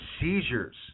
seizures